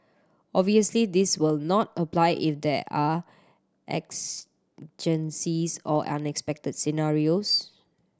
obviously this will not apply if there are exigencies or unexpected scenarios